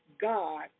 God